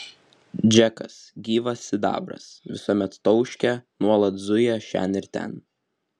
džekas gyvas sidabras visuomet tauškia nuolat zuja šen ir ten